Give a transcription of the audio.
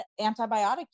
antibiotic